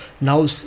Now